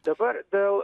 dabar dėl